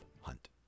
Hunt